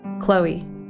Chloe